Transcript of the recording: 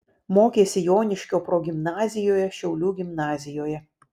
mokėsi joniškio progimnazijoje šiaulių gimnazijoje